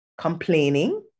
complaining